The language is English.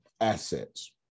assets